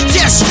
yes